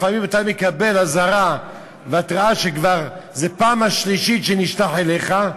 לפעמים אתה מקבל אזהרה והתראה שזו הפעם השלישית שנשלח אליך,